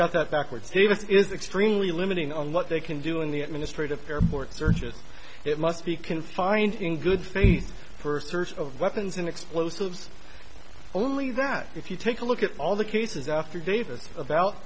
got that backwards davis is the extremely limiting on what they can do in the administrative airport searches it must be confined in good faith first search of weapons and explosives only that if you take a look at all the cases after davis about